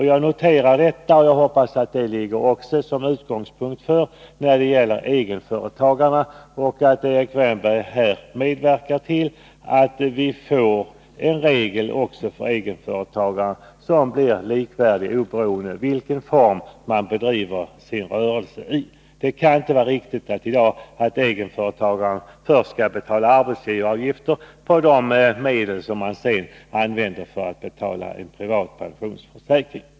Jag noterar detta, och jag hoppas att det är en utgångspunkt även när det gäller egenföretagarna och att Erik Wärnberg kommer att medverka till att vi får en regel för dem som är likvärdig, oberoende av vilken form de bedriver sin rörelse i. Det kan inte vara riktigt att egenföretagarna, som i dag, först skall betala arbetsgivaravgifter på de medel som de sedan använder för att betala en privat pensionsförsäkring.